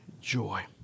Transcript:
joy